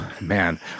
Man